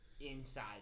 inside